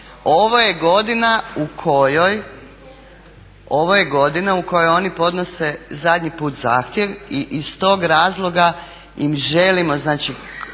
Ovo je godina u kojoj oni podnose zadnji put zahtjev i iz tog razloga im želimo znači